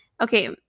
Okay